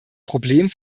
problem